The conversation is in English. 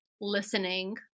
listening